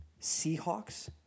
Seahawks